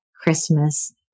Christmas